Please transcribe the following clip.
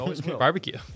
barbecue